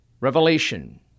Revelation